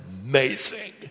amazing